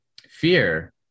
fear